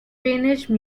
drainage